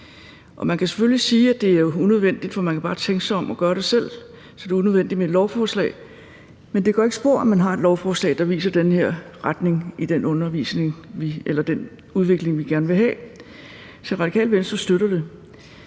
Man kan selvfølgelig sige, at det er unødvendigt med et lovforslag, for man kan bare tænke sig om og gøre det selv, men det gør ikke spor, at man har et lovforslag, der viser den her retning i den udvikling, vi gerne vil have. Så Radikale Venstre støtter det.